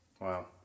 Wow